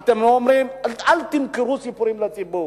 אל תמכרו סיפורים לציבור.